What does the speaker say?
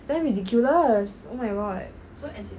is damn ridiculous oh my god so as